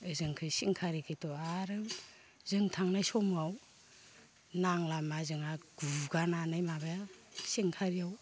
ओजोंखै सोंखारिथ'आ आरो जों थांनाय समाव नांलामा जोंहा गुगानानै माबायाव सोंखारियाव